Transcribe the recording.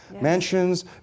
Mansions